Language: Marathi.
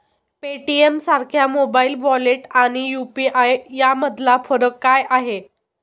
पेटीएमसारख्या मोबाइल वॉलेट आणि यु.पी.आय यामधला फरक काय आहे?